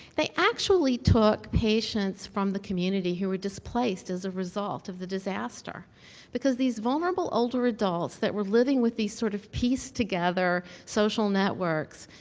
they actually took patients from the community who were displaced as a result of the disaster because these vulnerable older adults that were living with these sort of pieced together social networks,